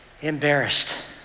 embarrassed